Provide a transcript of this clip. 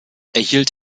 erhielt